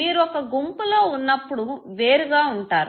మీరు ఒక గుంపులో వున్నప్పుడు వేరుగా ఉంటారు